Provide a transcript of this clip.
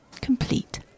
complete